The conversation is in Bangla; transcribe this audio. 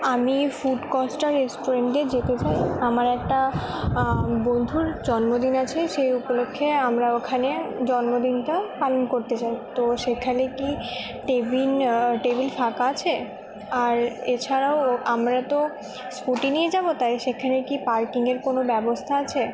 আমি ফুড কস্টার রেস্টুরেন্টে যেতে চাই আমার একটা বন্ধুর জন্মদিন আছে সেই উপলক্ষে আমরা ওখানে জন্মদিনটা পালন করতে চাই তো সেখানে কি কেবিন টেবিল ফাঁকা আছে আর এছাড়াও আমরা তো স্কুটি নিয়ে যাবো তাই সেখানে কি পার্কিংয়ের কোনো ব্যবস্থা আছে